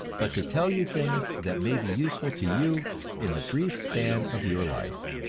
but to tell you things that may be useful to you in the brief span of your life.